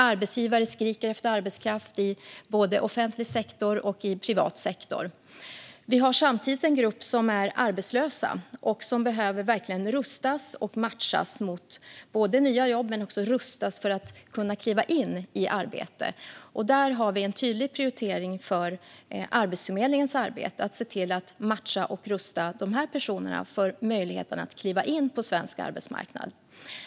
Arbetsgivare skriker efter arbetskraft i både offentlig sektor och privat sektor. Samtidigt har vi en grupp som är arbetslösa och som verkligen behöver rustas och matchas inte bara mot nya jobb utan för att kunna kliva in i arbete. Där har vi en tydlig prioritering för Arbetsförmedlingens arbete - att se till att matcha och rusta de personerna för att ge dem möjligheten att kliva in på svensk arbetsmarknad.